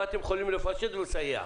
מה אתם יכולים לפשט ולסייע.